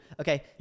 Okay